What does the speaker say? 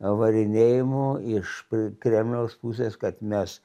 varinėjimų iš kremliaus pusės kad mes